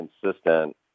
consistent